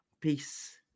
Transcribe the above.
Peace